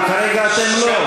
אבל כרגע אתם לא.